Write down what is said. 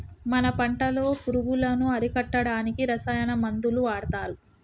మన పంటలో పురుగులను అరికట్టడానికి రసాయన మందులు వాడతారు